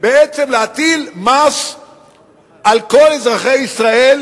בעצם להטיל מס על כל אזרחי ישראל,